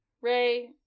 Ray